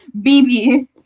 bb